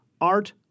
Art